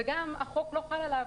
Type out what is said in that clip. וגם החוק לא חל עליו.